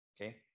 Okay